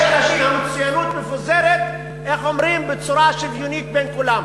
יש והמצוינות מפוזרת בצורה שוויונית בין כולם,